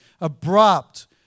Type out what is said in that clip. abrupt